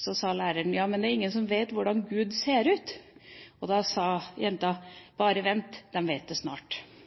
Så sa læreren: Men det er ingen som vet hvordan Gud ser ut. Da sa jenta: Bare vent, de vet det snart.